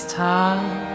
time